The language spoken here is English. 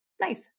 nice